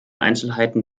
einzelheiten